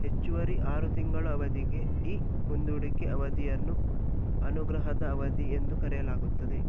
ಹೆಚ್ಚುವರಿ ಆರು ತಿಂಗಳ ಅವಧಿಗೆ ಈ ಮುಂದೂಡಿಕೆ ಅವಧಿಯನ್ನು ಅನುಗ್ರಹದ ಅವಧಿ ಎಂದು ಕರೆಯಲಾಗುತ್ತದೆ